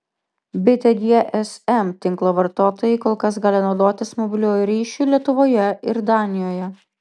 bitė gsm tinklo vartotojai kol kas gali naudotis mobiliuoju ryšiu lietuvoje ir danijoje